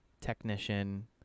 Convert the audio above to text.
technician